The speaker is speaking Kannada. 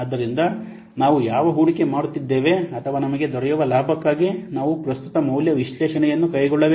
ಆದ್ದರಿಂದ ನಾವು ಯಾವ ಹೂಡಿಕೆ ಮಾಡುತ್ತಿದ್ದೇವೆ ಅಥವಾ ನಮಗೆ ದೊರೆಯುವ ಲಾಭಕ್ಕಾಗಿ ನಾವು ಪ್ರಸ್ತುತ ಮೌಲ್ಯ ವಿಶ್ಲೇಷಣೆಯನ್ನು ಕೈಗೊಳ್ಳಬೇಕು